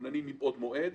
מתוכננים מבעוד מועד,